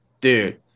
dude